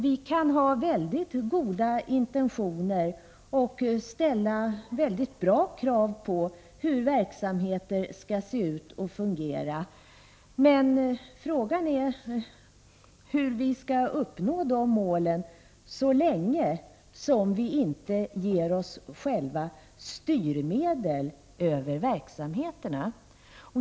Vi kan ha mycket goda intentioner och ställa relevanta krav på hur verksamheter skall se ut och fungera, men frågan är hur vi skall uppnå de målen så länge som vi inte ger oss själva medel för att styra verksamheterna.